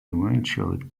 eventually